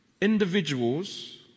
individuals